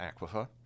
aquifer